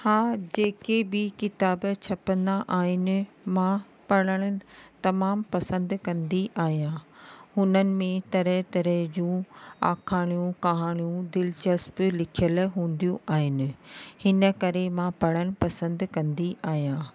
हा जेके बि किताब छपंदा आहिनि मां पढ़ण तमामु पसंदि कंदी आहियां हुननि में तरह तरह जूं आखाणियूं कहाणियूं दिलचस्प लिखियलु हूंदियूं आहिनि हिन करे मां पढ़णु पसंदि कंदी आहियां